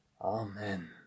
Amen